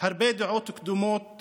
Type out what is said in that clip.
הרבה דעות קדומות